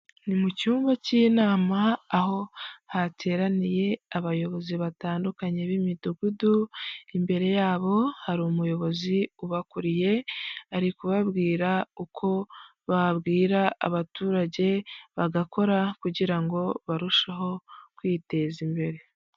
Ni mu cyumba cy'inama aho hateraniye abayobozi batandukanye b'imidugudu imbere yabo hari umuyobozi ubakuriye ari kubabwira uko babwira abaturage bagakora kugira ngo barusheho kwiteza imbere.